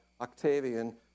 Octavian